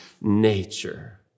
nature